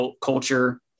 culture